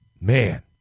man